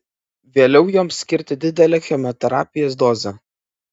vėliau joms skirti didelę chemoterapijos dozę